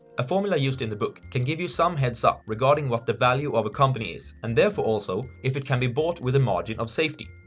a formula used in the book can give you some heads up regarding what the value of a company is, and therefore also if it can be bought with a margin of safety.